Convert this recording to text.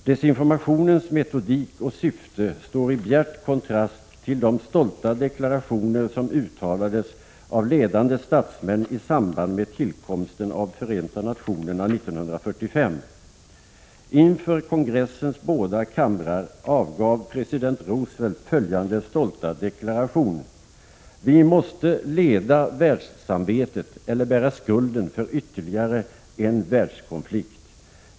Desinformationens metodik och syfte står i bjärt kontrast till de stolta deklarationer som uttalades av ledande statsmän i samband med tillkomsten av Förenta nationerna 1945. Inför kongressens båda kamrar avgav president Roosevelt följande stolta deklaration: —- Vi måste leda världssamarbetet eller bära skulden för ytterligare en världskonflikt.